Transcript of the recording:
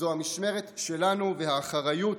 זו המשמרת שלנו והאחריות שלנו.